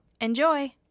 Enjoy